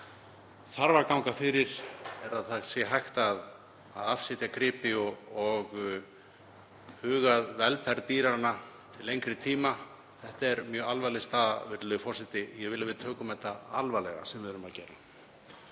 þarf að ganga fyrir er að hægt sé að afsetja gripi og huga að velferð dýranna til lengri tíma? Þetta er mjög alvarleg staða, virðulegi forseti. Ég vil að við tökum það alvarlega sem við erum að gera.